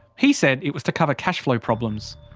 he said it was to cover cash flow problems.